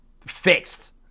fixed